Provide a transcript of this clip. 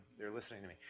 they're, listening to me,